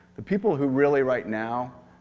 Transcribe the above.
the people who really, right now,